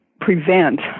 prevent